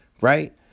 right